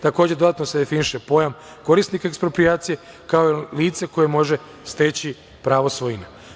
Takođe, dodatno se definiše pojam korisnika eksproprijacije, kao i lice koje može steći pravo svojine.